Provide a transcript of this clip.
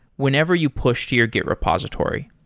whenever you push to your git repository.